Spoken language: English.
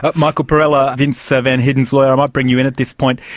ah michael perrella, vince so van heerden's lawyer, i might bring you in at this point.